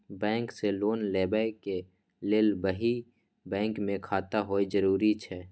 Bank से loan लेबै के लेल वही बैंक मे खाता होय जरुरी छै?